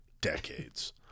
decades